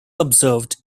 observed